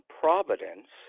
providence